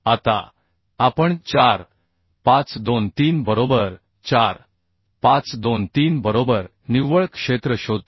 आता आपण 4 5 2 3 बरोबर 4 5 2 3 बरोबर निव्वळ क्षेत्र शोधतो